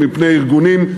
מפני ארגונים,